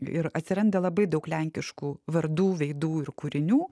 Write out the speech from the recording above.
ir atsiranda labai daug lenkiškų vardų veidų ir kūrinių